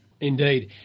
indeed